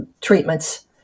Treatments